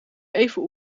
even